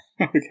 Okay